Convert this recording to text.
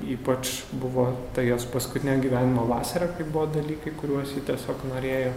ypač buvo jos paskutinė gyvenimo vasara kai buvo dalykai kuriuos ji tiesiog norėjo